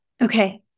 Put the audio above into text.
Okay